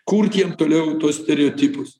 kurt jiem toliau tuos stereotipus